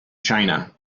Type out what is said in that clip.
china